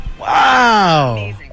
Wow